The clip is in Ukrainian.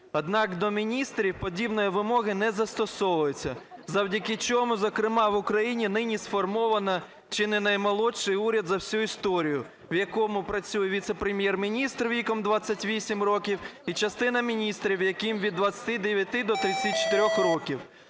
Однак, до міністрів подібної вимоги не застосовується. Завдяки чому зокрема в Україні нині сформовано чи не наймолодший уряд за всю історію, в якому працює віце-прем'єр-міністр віком 28 років і частина міністрів, яким від 29-и до 34 років.